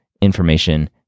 information